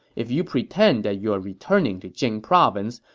if you pretend that you are returning to jing province,